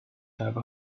have